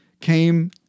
came